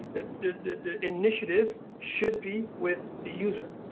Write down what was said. the the initiative should be with the user.